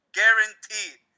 guaranteed